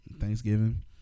Thanksgiving